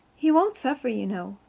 he won't suffer, you know,